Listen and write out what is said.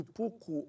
pouco